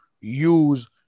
use